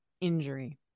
injury